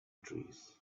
trees